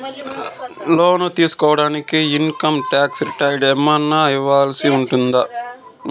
లోను తీసుకోడానికి income tax returns ఏమన్నా ఇవ్వాల్సి ఉంటుందా